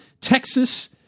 Texas